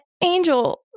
Angel